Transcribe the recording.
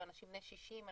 אנשים בני 60,